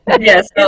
yes